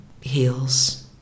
heals